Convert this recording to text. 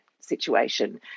situation